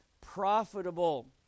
profitable